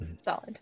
Solid